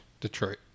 Detroit